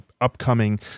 upcoming